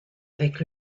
avec